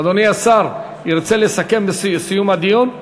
אדוני השר ירצה לסכם בסיום הדיון?